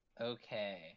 Okay